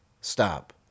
Stop